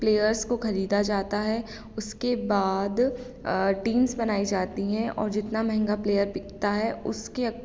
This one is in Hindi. प्लेयर्स को खरीदा जाता है उसके बाद टीम्स बनाई जाती हैं और जितना महंगा प्लेयर बिकता है उसके